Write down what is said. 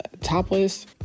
Topless